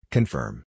Confirm